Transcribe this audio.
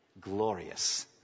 glorious